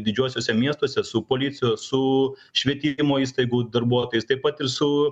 didžiuosiuose miestuose su policija su švietimo įstaigų darbuotojais taip pat ir su